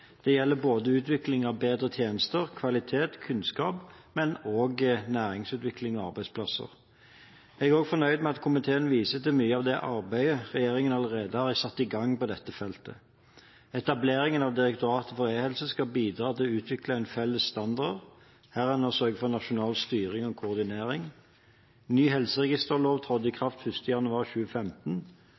Det gjelder utvikling av bedre tjenester, kvalitet, kunnskap og også næringsutvikling og arbeidsplasser. Jeg er også fornøyd med at komiteen viser til mye av det arbeidet regjeringen allerede har satt i gang på dette feltet. Etableringen av Direktoratet for e-helse skal bidra til å utvikle en felles standard, der en også sørger for nasjonal styring og koordinering. Ny helseregisterlov trådte i kraft 1. januar 2015.